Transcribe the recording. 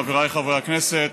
חבריי חברי הכנסת,